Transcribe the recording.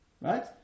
right